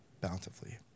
bountifully